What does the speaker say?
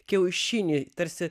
kiaušinį tarsi